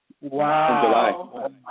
Wow